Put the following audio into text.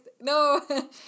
no